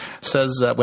says